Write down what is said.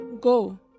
go